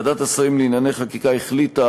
ועדת השרים לענייני חקיקה החליטה,